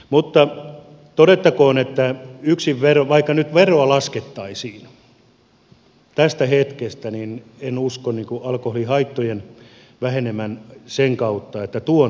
mutta todettakoon että vaikka nyt veroa laskettaisiin tästä hetkestä niin en usko alkoholihaittojen vähenevän sen kautta että tuonti loppuisi